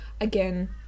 again